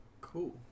cool